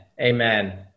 Amen